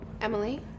Emily